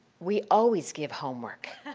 we always give homework.